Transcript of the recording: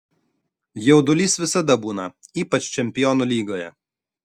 jaudulys visada būna ypač čempionų lygoje